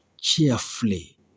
cheerfully